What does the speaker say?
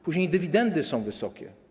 Później dywidendy są wysokie.